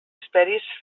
esperis